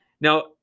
Now